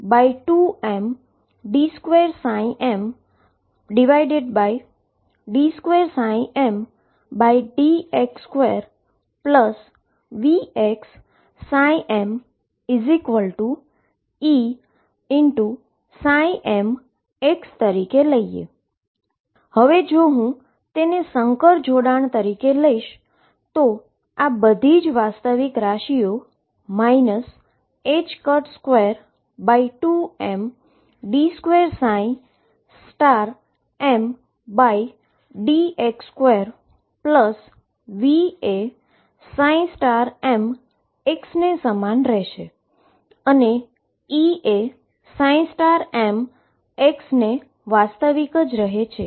જો હું તેને કોમ્પ્લેક્સ કોંજ્યુગેટ લઈશ તો બધી જ રીઅલ ક્વોન્ટીટી 22md2m dx2V એ mx ને સમાન રહે છે અને E એ m ને વાસ્તવિક રહે છે